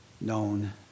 known